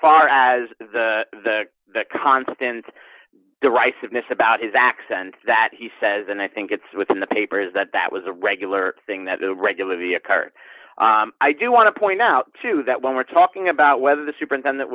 far as the the constant the rice of miss about his accent that he says and i think it's within the papers that that was a regular thing that the regular via cart i do want to point out too that when we're talking about whether the superintendent